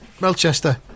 Melchester